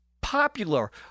popular